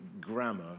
grammar